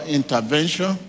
intervention